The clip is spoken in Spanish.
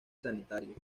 sanitarios